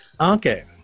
Okay